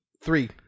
three